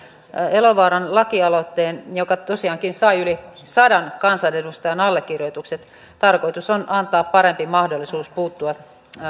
elovaaran lakialoitteen joka tosiaankin sai yli sadan kansanedustajan allekirjoitukset tarkoitus on antaa parempi mahdollisuus puuttua